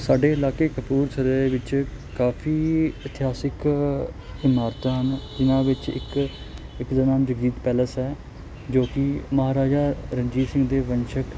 ਸਾਡੇ ਇਲਾਕੇ ਕਪੂਰਥਲੇ ਦੇ ਵਿੱਚ ਕਾਫ਼ੀ ਇਤਿਹਾਸਿਕ ਇਮਾਰਤਾਂ ਹਨ ਜਿੰਨ੍ਹਾਂ ਵਿੱਚ ਇੱਕ ਇੱਕ ਦਾ ਨਾਮ ਜਗਜੀਤ ਪੈਲਸ ਹੈ ਜੋ ਕਿ ਮਹਾਰਾਜਾ ਰਣਜੀਤ ਸਿੰਘ ਦੇ ਵੰਸ਼ਕ